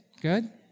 Good